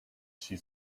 she